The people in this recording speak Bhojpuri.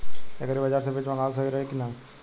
एग्री बाज़ार से बीज मंगावल सही रही की ना?